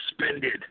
suspended